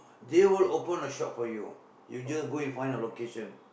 they will open a shop for you you just go and find a location